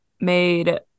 made